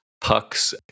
Puck's